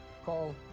Call